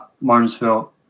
Martinsville